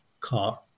car